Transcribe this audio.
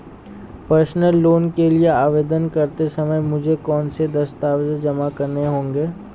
Personal loan के लिए आवेदन करते समय मुझे कौन से दस्तावेज़ जमा करने होंगे?